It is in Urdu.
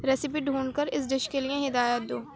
ریسیپی ڈھونڈ کر اس ڈش کے لیے ہدایت دو